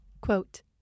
Quote